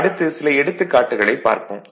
அடுத்து சில எடுத்துக்காட்டுகளைப் பார்ப்போம்